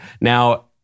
Now